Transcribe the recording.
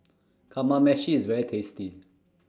Kamameshi IS very tasty